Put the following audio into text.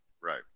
Right